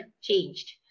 changed